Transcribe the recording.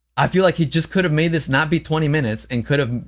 i feel like he just could have made this not be twenty minutes and could have,